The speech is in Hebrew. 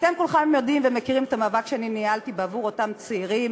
אתם כולכם יודעים ומכירים את המאבק שאני ניהלתי בעבור אותם צעירים